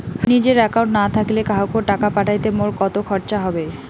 নিজের একাউন্ট না থাকিলে কাহকো টাকা পাঠাইতে মোর কতো খরচা হবে?